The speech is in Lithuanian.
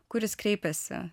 kur jis kreipiasi